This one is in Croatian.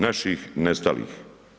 Naših nestalih.